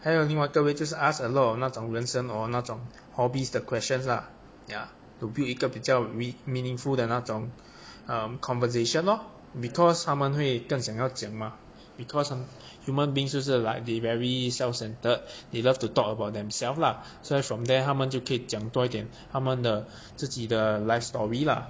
还有另外各位就是 ask a lot of 那种人生 hor 那种 hobbies the questions lah ya to build 一个比较 we meaningful 的那种 erm conversation lor because 他们会更想要讲嘛 because of human beings 就是 like they very self centered they love to talk about themselves lah so then from there 他们就可以讲多一点他们的自己的 life story lah